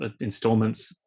installments